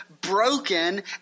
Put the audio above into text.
broken